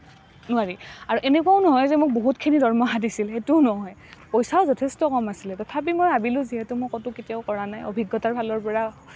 নোৱাৰি আৰু এনেকুৱাও নহয় যে মোক বহুতখিনি দৰমহা দিছিল সেইটোও নহয় পইচাও যথেষ্ট কম আছিলে তথাপি মই ভাবিলোঁ যিহেতু মই ক'তো কেতিয়াও কৰা নাই অভিজ্ঞতাৰ ফালৰ পৰা